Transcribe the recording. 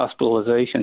hospitalizations